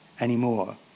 anymore